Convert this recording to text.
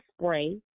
spray